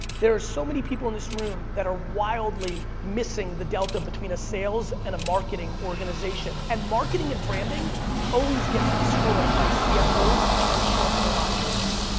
there are so many people in this room that are wildly missing the delta between a sales and a marketing organization. and marketing and branding always gets destroyed by cfos and short term operators.